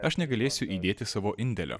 aš negalėsiu įdėti savo indėlio